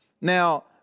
Now